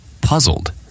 puzzled